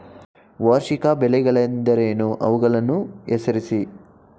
ವಾರ್ಷಿಕ ಬೆಳೆಗಳೆಂದರೇನು? ಅವುಗಳನ್ನು ಹೆಸರಿಸಿ?